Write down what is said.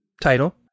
title